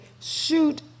shoot